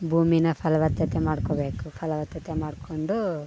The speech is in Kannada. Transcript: ಭೂಮಿನ ಫಲವತ್ತತೆ ಮಾಡ್ಕೋಬೇಕು ಫಲವತ್ತತೆ ಮಾಡಿಕೊಂಡು